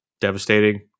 devastating